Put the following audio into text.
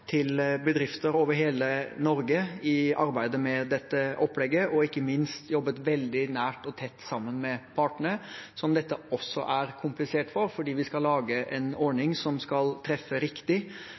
til bedrifter over hele Norge i arbeidet med dette opplegget – og ikke minst jobbet veldig nært og tett sammen med partene, som dette også er komplisert for – for vi skal lage en